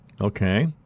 Okay